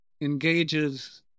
engages